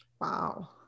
Wow